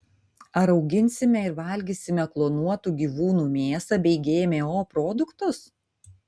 ar auginsime ir valgysime klonuotų gyvūnų mėsą bei gmo produktus